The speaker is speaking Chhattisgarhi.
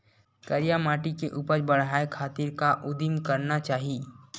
करिया माटी के उपज बढ़ाये खातिर का उदिम करना चाही?